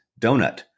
donut